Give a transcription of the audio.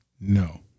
no